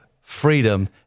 freedom